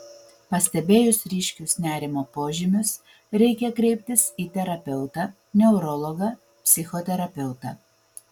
pastebėjus ryškius nerimo požymius reikia kreiptis į terapeutą neurologą psichoterapeutą